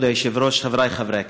כבוד היושב-ראש, חברי חברי הכנסת,